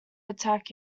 attack